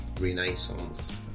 renaissance